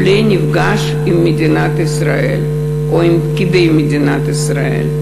נפגש בפעם הראשונה עם מדינת ישראל או עם פקידי מדינת ישראל.